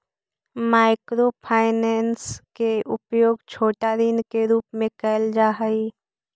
micro finance के उपयोग छोटा ऋण के रूप में कैल जा हई